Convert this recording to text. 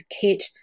kit